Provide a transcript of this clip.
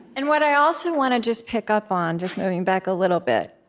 and what i also want to just pick up on, just moving back a little bit,